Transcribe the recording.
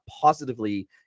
positively